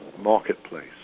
marketplace